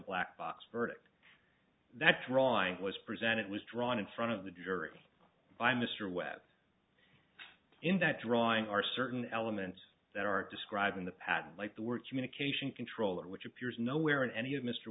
black box verdict that drawing was presented was drawn in front of the jury by mr webb in that drawing are certain elements that are described in the patent like the word communication controller which appears nowhere in any of mr